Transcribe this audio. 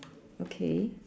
okay